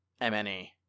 MNE